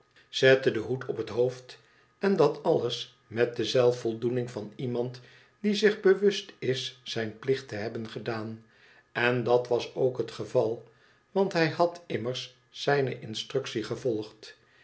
zette den hoed op het hoofd en dat alles mot de zelfvoldoening van iemand die zich bewust is zijn plicht te hebben gedaan en dat was ook het geval want hij had immers zijne instructie gevolgd